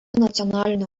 nacionalinio